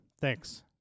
Thanks